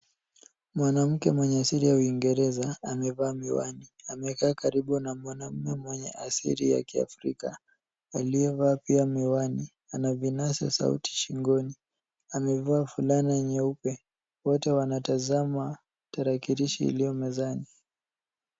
Mwanamke mwenye asili ya uingereza amevaa miwani, amekaa karibu na mwanamume mwenye asili ya kiafrika aliyevaa pia miwani ana vinasa sauti shingoni, amevaa fulana nyeupe wote wanatazama tarakilishi iliyo mezani.